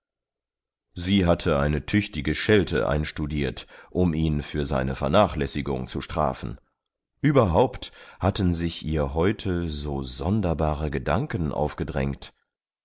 sie hatte eine tüchtige schelte einstudiert um ihn für seine vernachlässigung zu strafen überhaupt hatten sich ihr heute so sonderbare gedanken aufgedrängt der